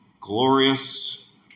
glorious